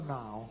now